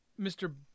Mr